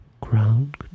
Ground